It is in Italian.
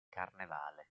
carnevale